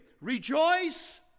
Rejoice